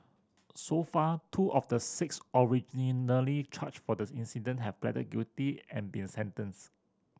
so far two of the six originally charged for the incident have pleaded guilty and been a sentenced